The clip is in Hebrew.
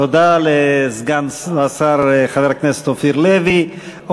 תודה לסגן השר, חבר הכנסת אופיר אקוניס.